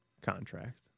contract